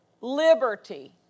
liberty